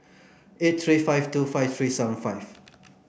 eight three five two five three seven five